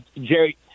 Jerry